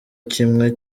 kimwe